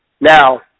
Now